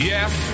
Yes